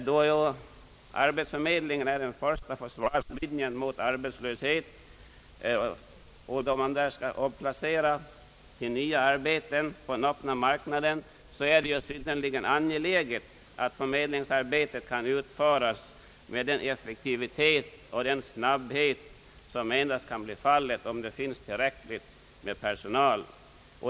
Då arbetsförmedlingen är den första försvarslinjen mot arbetslöshet och det organ som har att placera arbetssökande på den öppna marknaden är det synnerligen angeläget att förmedlingsarbetet kan utföras med den effektivitet och den snabbhet som endast är möjlig om det finns tillräckligt med personal.